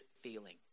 feeling